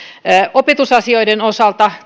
opetusasioiden osalta